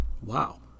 Wow